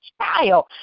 child